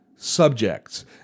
Subjects